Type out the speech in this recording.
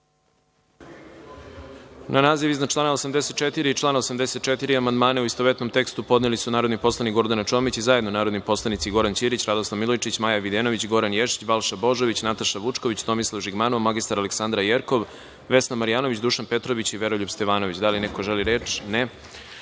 Na naziv iznad člana 84. amandmana u istovetnom tekstu podneli su narodni poslanik Gordana Čomić i zajedno narodni poslanici Goran Ćirić, Radoslav Milojičić, Maja Videnović, Goran Ješić, Balša Božović, Nataša Vučković, Tomislav Žigmanov, mr Aleksandra Jerkov, Vesna Marjanović, Dušan Petrović i Veroljub Stevanović. Da li neko želi reč?